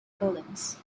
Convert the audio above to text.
buildings